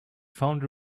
found